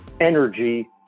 energy